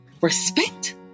respect